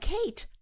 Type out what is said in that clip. Kate